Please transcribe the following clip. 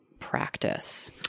Practice